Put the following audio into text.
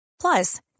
Plus